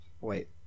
Wait